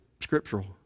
scriptural